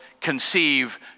conceive